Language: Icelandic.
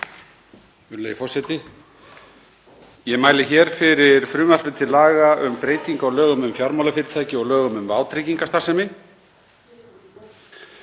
Virðulegi forseti. Ég mæli hér fyrir frumvarpi til laga um breytingu á lögum um fjármálafyrirtæki og lögum um vátryggingastarfsemi.